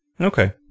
Okay